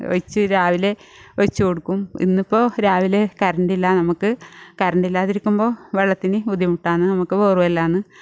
ഒഴിച്ച് രാവിലെ ഒഴിച്ച് കൊടുക്കും ഇന്നിപ്പോൾ രാവിലെ കറണ്ട് ഇല്ല നമുക്ക് കറണ്ട് ഇല്ലാതിരിക്കുമ്പോൾ വെള്ളത്തിന് ബുദ്ധിമുട്ടാണ് നമുക്ക് ബോർവെൽ ആണ്